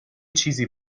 چیزی